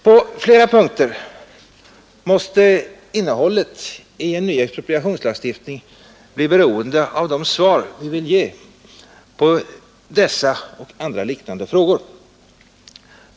På flera punkter måste innehållet i en ny expropriationslagstiftning bli beroende av de svar vi vill ge på dessa och andra liknande frågor.